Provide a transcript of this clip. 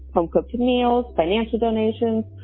home cooked meals. financial donations.